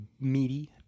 meaty